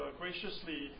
graciously